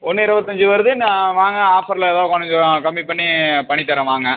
ஒன்று இருபத்தஞ்சு வருது நான் வாங்க ஆஃபர்ல எதாது கொஞ்சம் கம்மி பண்ணி பண்ணித்தரேன் வாங்க